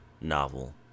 novel